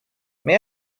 may